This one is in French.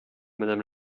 madame